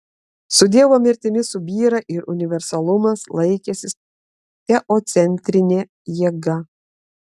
su dievo mirtimi subyra ir universalumas laikęsis teocentrine jėga